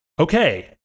Okay